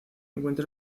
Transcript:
encuentra